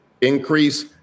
increase